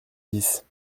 dix